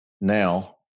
now